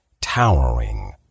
towering